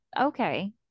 Okay